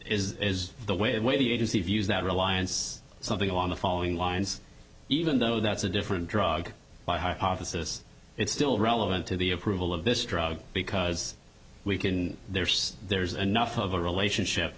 way the way the agency views that reliance something on the following lines even though that's a different drug by hypothesis it's still relevant to the approval of this drug because we can there's there's enough of a relationship